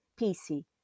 PC